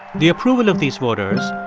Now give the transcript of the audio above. the approval of these voters,